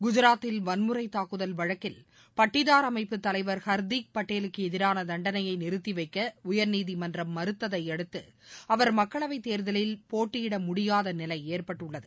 குஜராத்தில் வன்முறை தாக்குதல் வழக்கில் பட்டிதார் அமைப்பு தலைவர் ஹர்தீக் படேலுக்கு எதிரான தண்டளையை நிறுத்தி வைக்க உயர்நீதிமன்றம் மறுத்ததை அடுத்து அவர் மக்களவை தேர்தலில் போட்டியிட முடியாத நிலை ஏற்பட்டுள்ளது